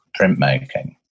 printmaking